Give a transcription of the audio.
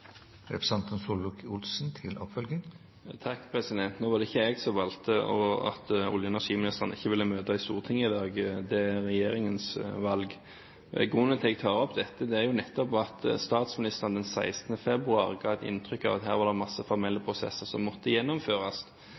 Nå var det ikke jeg som valgte at olje- og energiministeren ikke ville møte i Stortinget i dag, det er regjeringens valg. Grunnen til at jeg tar opp dette, er nettopp at statsministeren den 16. februar ga inntrykk av at det her var en masse formelle prosesser som måtte gjennomføres,